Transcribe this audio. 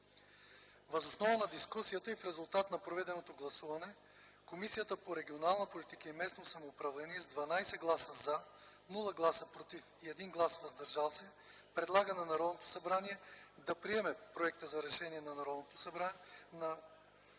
Въз основа на дискусията и в резултат на проведеното гласуване, Комисията по регионална политика и местно самоуправление с 12 гласа „за”, без „против” и един – „въздържал се”, предлага на Народното събрание да приеме Проекта за решение на Народното събрание